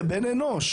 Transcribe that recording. בן אנוש